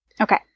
Okay